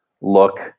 look